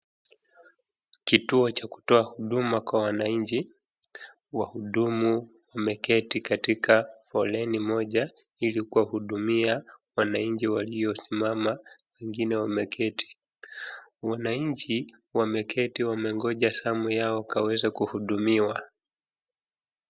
Kituo cha kutoa hudumu kwa wananchi. Wahudumu wameketi katika foleni moja ili kuwahudumia wananchi waliosimama wengine wameketi. Wananchi wameketi wamegoja samu yao wakaweze kuhudumiwa.